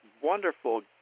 wonderful